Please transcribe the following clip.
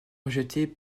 rejetée